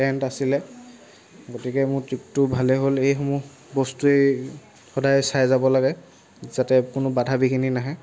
tent আছিলে গতিকে মোৰ ট্ৰিপটো ভালেই হ'ল এইসমূহ বস্তুৱেই সদায় চাই যাব লাগে যাতে কোনো বাধা বিঘিনি নাহে